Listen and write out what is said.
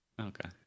Okay